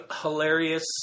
hilarious